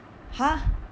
!huh!